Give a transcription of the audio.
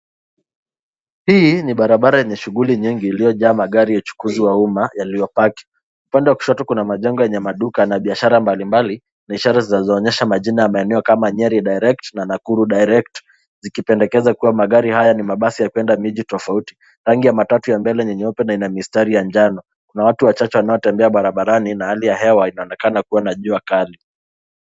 Hii ni barabara yenye shughuli nyingi iliyojaa magari ya uchukiuzi wa umma yaliyopaki. Upande wa kushoto kuna majengo yenye maduka na biashara mbali mbali na ishara zinazoonyesha majina ya maeneo kama Nyeri Direct na Nakuru Direct , zikipendekeza kuwa magari haya ni mabasi ya kuenda miji tofauti. Rangi ya matatu ya mbele ni nyeupe na ina mistari ya njano. Kuna watu wachache wanaotembea barabarani na hali ya hewa inaonekana kuwa na jua kali.